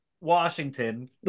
Washington